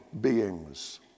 beings